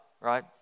right